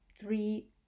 three